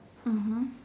mmhmm